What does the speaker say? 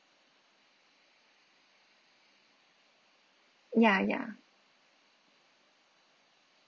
ya ya